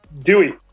Dewey